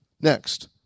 Next